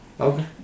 Okay